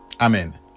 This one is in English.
Amen